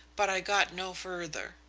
but i got no further.